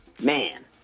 man